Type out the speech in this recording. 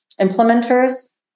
implementers